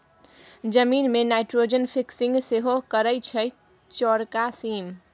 जमीन मे nitrogen fixing सेहो करय छै चौरका सीम